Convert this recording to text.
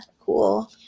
cool